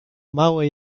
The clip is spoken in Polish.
małe